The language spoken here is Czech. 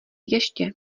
ještě